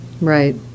Right